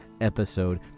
episode